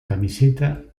camiseta